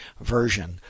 version